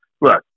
Look